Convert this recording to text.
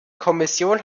kommission